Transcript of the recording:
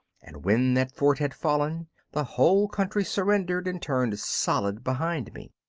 and when that fort had fallen the whole country surrendered and turned solid behind me.